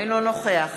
אינו נוכח